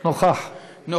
נוכַח.